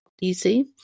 easy